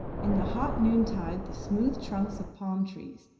in the hot noontide the smooth trunks of palm trees,